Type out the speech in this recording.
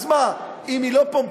אז מה, אם היא לא פומפוזית